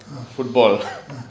football